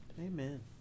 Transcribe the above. Amen